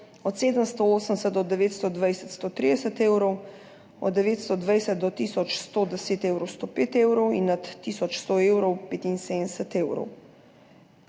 od 780 do 920 130 evrov, od 920 do tisoč 110 evrov 105 evrov in nad tisoč 100 evrov 75 evrov.